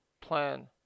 plan